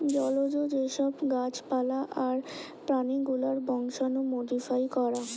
জলজ যে সব গাছ পালা আর প্রাণী গুলার বংশাণু মোডিফাই করা